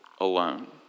alone